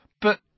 But